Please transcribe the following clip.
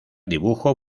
dibujo